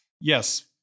Yes